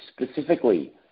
specifically